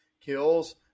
kills